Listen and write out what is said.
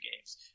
games